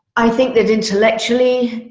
i think that intellectually,